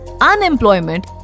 unemployment